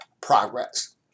progress